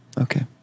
Okay